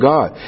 God